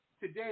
Today